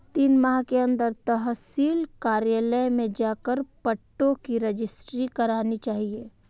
तीन माह के अंदर तहसील कार्यालय में जाकर पट्टों की रजिस्ट्री करानी चाहिए